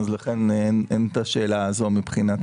לכן אין את השאלה הזאת מבחינת הממשלה.